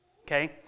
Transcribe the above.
okay